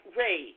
ray